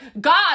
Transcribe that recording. God